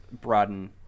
broaden